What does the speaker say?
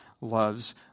loves